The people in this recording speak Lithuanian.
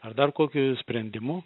ar dar kokiu sprendimu